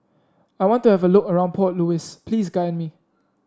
I want to have a look around Port Louis Please guide me